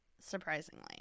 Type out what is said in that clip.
surprisingly